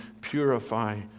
purify